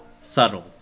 subtle